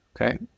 okay